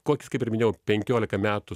koks kaip ir minėjau penkiolika metų